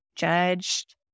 Judged